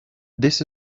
this